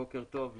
בוקר טוב.